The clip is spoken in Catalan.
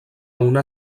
una